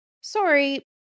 sorry